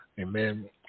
amen